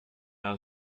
are